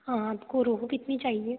हाँ आपको रोहू कितनी चाहिए